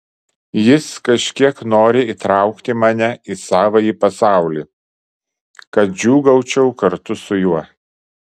jis kažkiek nori įtraukti mane į savąjį pasaulį kad džiūgaučiau kartu su juo